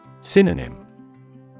Synonym